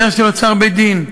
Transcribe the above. בדרך של אוצר בית-דין,